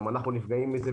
אנחנו נפגעים מזה,